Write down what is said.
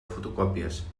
fotocòpies